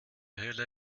hölle